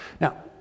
Now